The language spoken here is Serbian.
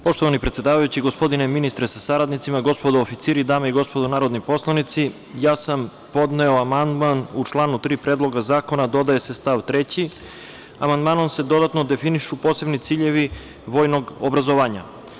Poštovani predsedavajući, gospodine ministre sa saradnicima, gospodo oficiri, dame i gospodo narodni poslanici, ja sam podneo amandman u članu 3. Predloga zakona dodaje se stav 3. Amandmanom se dodatno definišu posebni ciljevi vojnog obrazovanja.